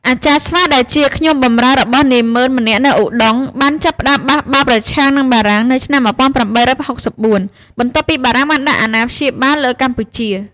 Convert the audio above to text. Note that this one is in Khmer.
អាចារ្យស្វាដែលជាខ្ញុំបម្រើរបស់នាម៉ឺនម្នាក់នៅឧដុង្គ បានចាប់ផ្ដើមបះបោរប្រឆាំងនឹងបារាំងនៅឆ្នាំ ១៨៦៤ បន្ទាប់ពីបារាំងបានដាក់អាណាព្យាបាលលើកម្ពុជា។